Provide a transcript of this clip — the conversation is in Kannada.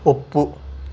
ಒಪ್ಪು